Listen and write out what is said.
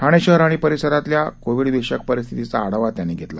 ठाणे शहर आणि परिसरातल्या कोविड विषयक परिस्थितीचा आढावा त्यांनी घेतला